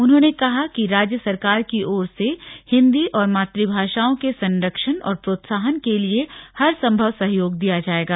उन्होंने कहा कि राज्य सरकार की ओर से हिन्दी और मातृभाषाओं के संरक्षण और प्रोत्साहन के लिए हर संभव सहयोग दिया जाएगा